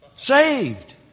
Saved